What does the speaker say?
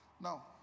Now